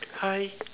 hi